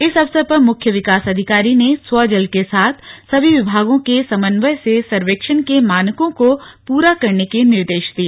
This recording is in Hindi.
इस अवसर पर मुख्य विकास अधिकारी ने स्वजल के साथ सभी विभागों के समन्वय से सर्वेक्षण के मानकों को पूरा करने के निर्देश दिए